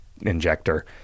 injector